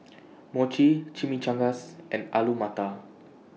Mochi Chimichangas and Alu Matar